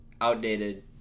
outdated